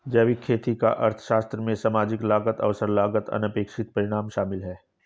जैविक खेती का अर्थशास्त्र में सामाजिक लागत अवसर लागत अनपेक्षित परिणाम शामिल है